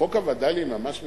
חוק הווד"לים ממש מתחשב,